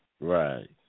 right